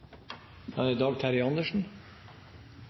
Dag Terje Andersen